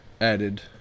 added